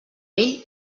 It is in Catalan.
vell